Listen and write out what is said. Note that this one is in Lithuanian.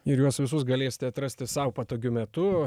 ir juos visus galėsite atrasti sau patogiu metu